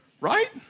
right